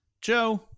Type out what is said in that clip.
Joe